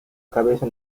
cabeza